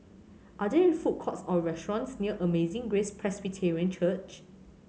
are there food courts or restaurants near Amazing Grace Presbyterian Church